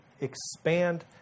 expand